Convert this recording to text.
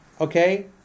Okay